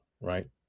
right